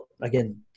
Again